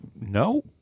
No